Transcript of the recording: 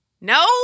No